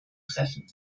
treffen